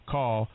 Call